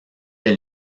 elle